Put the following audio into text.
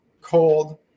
cold